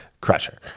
Crusher